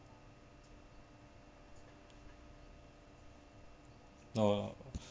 no lah